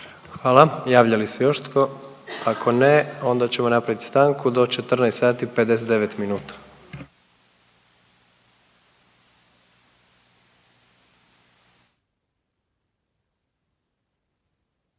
Hvala. Javlja li se još tko? Ako ne onda ćemo napraviti stanku do 14